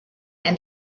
and